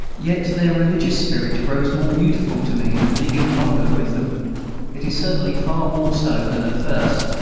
yet their religious spirit grows more beautiful to me in living longer with them it is certainly far more so than at first,